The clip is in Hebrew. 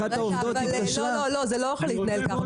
אחת העובדות התקשרה זה לא יכול להתנהל ככה.